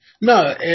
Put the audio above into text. No